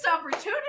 opportunity